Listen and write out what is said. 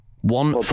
One